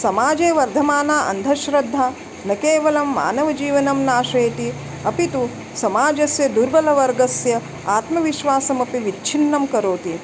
समाजे वर्धमाना अन्धश्रद्धा न केवलं मानवजीवनं नाशयति अपितु समाजस्य दुर्बलवर्गस्य आत्मविश्वासमपि विच्छिन्नं करोति